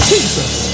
Jesus